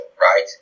right